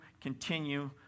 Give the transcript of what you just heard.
continue